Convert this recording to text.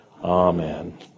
Amen